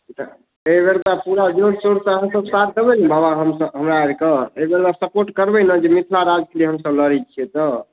एहि बेर तऽ पूरा जोर शोरसँ अहाँसब साथ देबै ने बाबा हमरा आरके एहि बेर सपोर्ट करबै ने जे मिथिला राज्यके लिए हमसब लड़ैत छियै तऽ